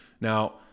Now